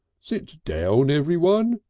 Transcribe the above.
sit down everyone,